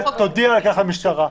תודיע על כך למשטרה.